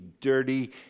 dirty